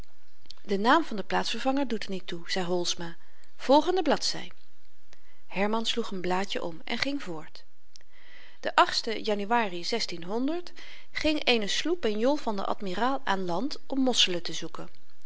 de naam van den plaatsvervanger doet er niet toe zei holsma volgende bladzy herman sloeg n blaadjen om en ging voort de achtste januari ging eene sloep en jol van den admiraal aan land om mosselen te zoeken